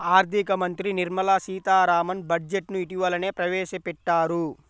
ఆర్ధిక మంత్రి నిర్మలా సీతారామన్ బడ్జెట్ ను ఇటీవలనే ప్రవేశపెట్టారు